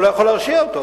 הוא לא יכול להרשיע אותו.